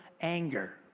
anger